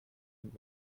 und